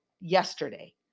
yesterday